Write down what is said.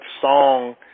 song